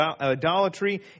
idolatry